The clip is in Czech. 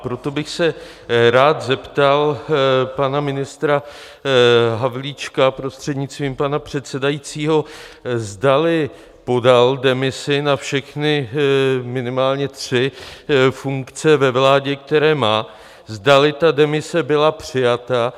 Proto bych se rád zeptal pana ministra Havlíčka, prostřednictvím pana předsedajícího, zdali podal demisi na všechny, minimálně tři funkce ve vládě, které má, zdali ta demise byla přijata.